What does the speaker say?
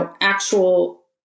actual